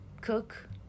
cook